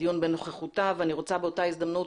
הדיון בנוכחותה ואני רוצה באותה הזדמנות,